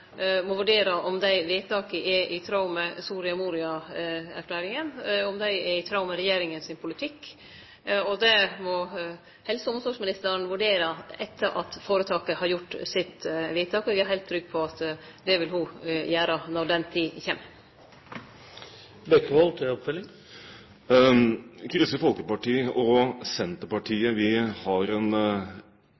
må vurdere om dei vedtaka er i tråd med Soria Moria-erklæringa – om dei er i tråd med regjeringas politikk. Det må helse- og omsorgsministeren vurdere etter at føretaket har gjort vedtaket sitt. Eg er heilt trygg på at det vil ho gjere når den tida kjem.